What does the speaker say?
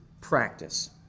practice